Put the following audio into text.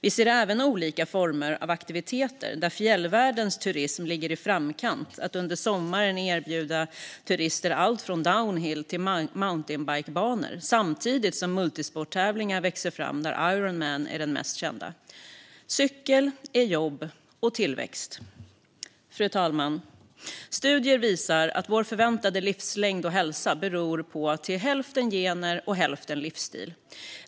Vi ser även olika former av aktiviteter där fjällvärldens turism ligger i framkant när det gäller att under sommaren erbjuda turister allt från downhill till mountainbikebanor. Samtidigt växer multisporttävlingar fram, där Iron Man är den mest kända. Cykel är jobb och tillväxt. Fru talman! Studier visar att vår förväntade livslängd och hälsa beror på till hälften gener och till hälften livsstil.